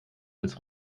als